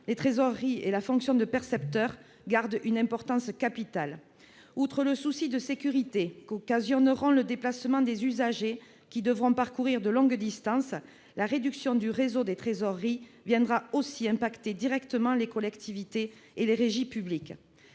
les trésoreries et la fonction de percepteur gardent une importance capitale. Outre le souci de sécurité que causera le déplacement des usagers, qui devront parcourir de longues distances, la réduction du réseau des trésoreries viendra affecter directement les collectivités et les régies publiques.